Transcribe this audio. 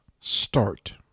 start